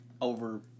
over